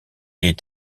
est